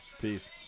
Peace